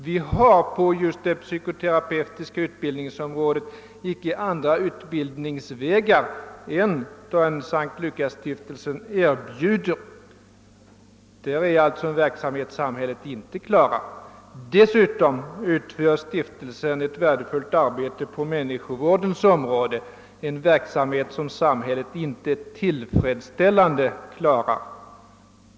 Vi har just på det psykoterapeutiska utbildningsområdet icke andra utbildningsvägar än den som S:t Lukasstiftelsen erbjuder. Detta är alltså en verksamhet som samhället inte klarar. Dessutom utgör stiftelsen ett värdefullt arbete på människovårdens område, en verksamhet som samhället inte tillfredsställande klarar.